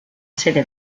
sede